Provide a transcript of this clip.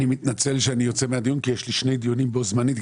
אני מתנצל שאני צריך לצאת מהדיון אבל יש לי שני דיונים אחרים בו-זמנית.